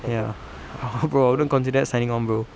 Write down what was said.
ya bro I haven't considered signing on bro